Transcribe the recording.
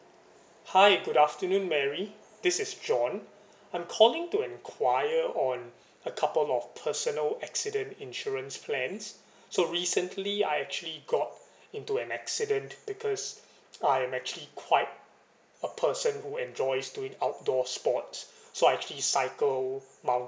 hi good afternoon mary this is john I'm calling to enquire on a couple of personal accident insurance plans so recently I actually got into an accident because I'm actually quite a person who enjoys doing outdoor sports so I actually cycle moun~